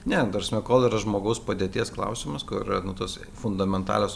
ne ta prasme kol yra žmogaus padėties klausimas kur yra nu tos fundamentalios